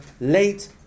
Late